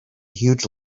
huge